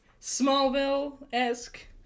Smallville-esque